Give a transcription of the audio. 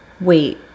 Wait